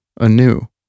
anew